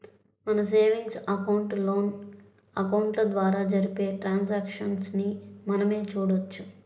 మన savings account, loan అకౌంట్ల ద్వారా జరిపే ట్రాన్సాక్షన్స్ ని మనమే చూడొచ్చు